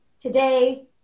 today